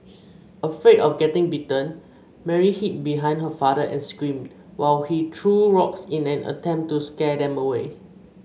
afraid of getting bitten Mary hid behind her father and screamed while he threw rocks in an attempt to scare them away